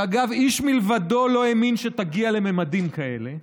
שאגב, איש מלבדו לא האמין שתגיע לממדים כאלה,